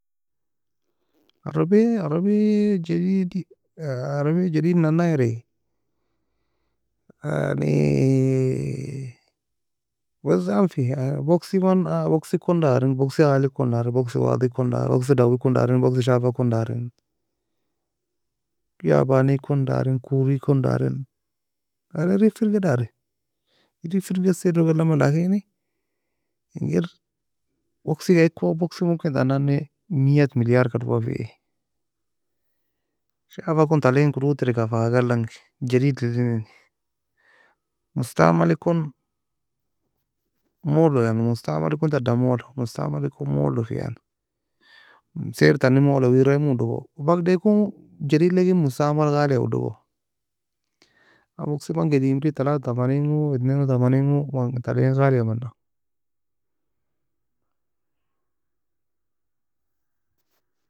عربية عربية جديد عربية جديد nana ery yani wezaam fee بوكسي goon darin a بوكس kon بوكسي عالي ekon dari بوكسي واطي ekon dari بوكسي dawei ekon dari بوكسي shafa ekon dari ياباني ekon dari كوري ekon darin yani erein firgae dari erein firgae en سعر log elnamie laken engir بوكسي ga eagkue مئة مليار ka dowafiy shafa ekon ta elkin kodoe fa اقل angi مستعمل ekon mole yani مستعمل ekon tadan mole مستعمل ekon molo fe yani سعر tani mola wera emo odogo. Bagid waeko جديد lekin مستعمل غالي ya uodo go بوكسي man gediemri تلاتة وتمانين go اتنين وتمانين go غالي ya uodo go